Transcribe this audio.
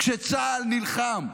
כשצה"ל נלחם?